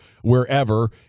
wherever